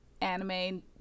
anime